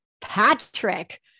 Patrick